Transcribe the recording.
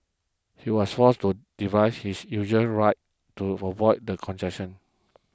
he was forced to divide his usual write to avoid the congestion